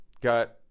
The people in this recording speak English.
got